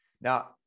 Now